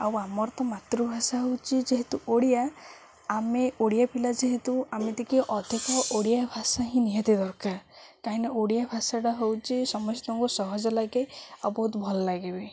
ଆଉ ଆମର ତ ମାତୃଭାଷା ହେଉଛି ଯେହେତୁ ଓଡ଼ିଆ ଆମେ ଓଡ଼ିଆ ପିଲା ଯେହେତୁ ଆମେ ଟିକେ ଅଧିକ ଓଡ଼ିଆ ଭାଷା ହିଁ ନିହାତି ଦରକାର କାହିଁକିନା ଓଡ଼ିଆ ଭାଷାଟା ହେଉଛି ସମସ୍ତଙ୍କୁ ସହଜ ଲାଗେ ଆଉ ବହୁତ ଭଲ ଲାଗେ ବିି